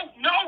no